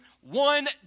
One